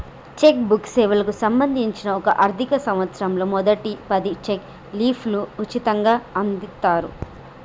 check book సేవలకు సంబంధించి ఒక ఆర్థిక సంవత్సరంలో మొదటి పది చెక్ లీఫ్లు ఉచితంగ అందిత్తరు